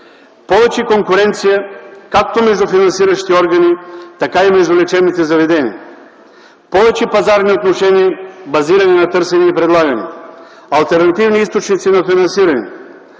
повече конкуренция както между финансиращите органи, така и между лечебните заведения; - повече пазарни отношения, базирани на търсене и предлагане; - алтернативни източници на финансиране;